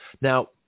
Now